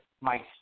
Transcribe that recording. Mike